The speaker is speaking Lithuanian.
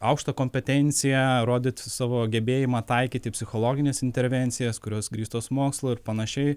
aukštą kompetenciją rodyti savo gebėjimą taikyti psichologines intervencijas kurios grįstos mokslu ir panašiai